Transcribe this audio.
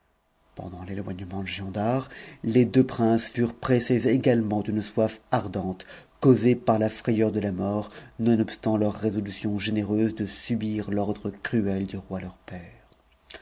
pendant t'étoignement de giondar tes deux princes furent pressés pc lement d'une soif ardente causée par la frayeur de la mort nonohstn't il leur résolution généreuse de subir l'ordre crue du roi leur père